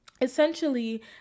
essentially